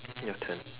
your turn